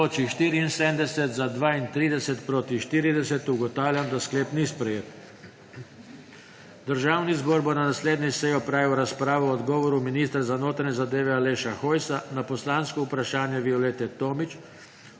(Za je glasovalo 32.)(Proti 40.) Ugotavljam, da sklep ni sprejet. Državni zbor bo na naslednji seji opravil razpravo o odgovoru ministra za notranje zadeve Aleša Hojsa na poslansko vprašanje Violete Tomić